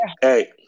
hey